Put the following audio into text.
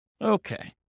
Okay